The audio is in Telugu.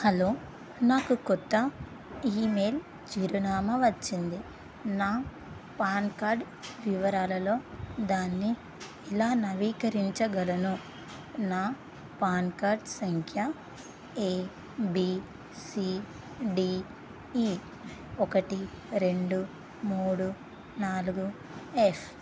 హలో నాకు కొత్త ఈమెయిల్ చిరునామా వచ్చింది నా పాన్ కార్డ్ వివరాలలో దాన్ని ఎలా నవీకరించగలను నా పాన్ కార్డ్ సంఖ్య A B C D E ఒకటి రెండు మూడు నాలుగు ఎఫ్